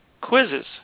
quizzes